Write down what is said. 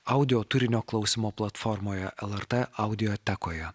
audio turinio klausymo platformoje lrt audiotekoje